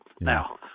Now